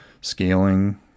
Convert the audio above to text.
scaling